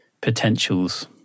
potentials